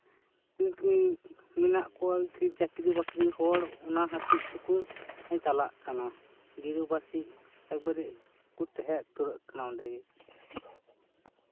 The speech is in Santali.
ᱢᱮᱱᱟᱜ ᱠᱚᱣᱟ ᱪᱟᱠᱨᱤᱼᱵᱟᱠᱨᱤ ᱦᱚᱲ ᱚᱱᱟ ᱠᱷᱟᱹᱛᱤᱨ ᱛᱮᱠᱚ ᱪᱟᱞᱟᱜ ᱠᱟᱱᱟ ᱜᱤᱨᱟᱹᱵᱟᱥᱤᱜ ᱮᱠᱵᱟᱨᱮ ᱠᱚ ᱛᱟᱦᱮᱸ ᱩᱛᱟᱹᱨᱚᱜ ᱠᱟᱱᱟ ᱚᱸᱰᱮ ᱜᱮ